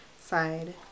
side